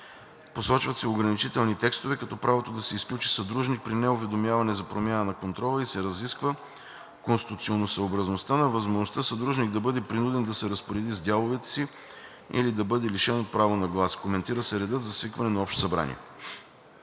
Посочват се ограничителни текстове, като правото да се изключи съдружник при неуведомяване за промяна на контрола и се разисква конституционосъобразността на възможността съдружник да бъде принуден да се разпореди с дяловете си или да бъде лишен от право на глас. Коментира се редът за свикването на Общото събрание.